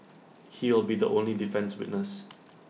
he will be the only defence witness